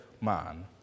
man